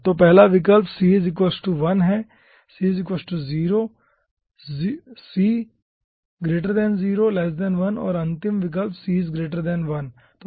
तो पहला विकल्प c 1 है c 0 है 0 c 1 और अंतिम विकल्प c 1 है